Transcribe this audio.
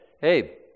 hey